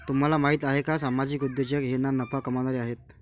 तुम्हाला माहिती आहे का सामाजिक उद्योजक हे ना नफा कमावणारे आहेत